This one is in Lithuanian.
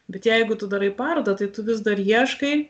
bet jeigu tu darai parodą tai tu vis dar ieškai